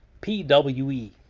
P-W-E